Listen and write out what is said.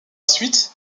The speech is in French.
suite